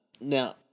Now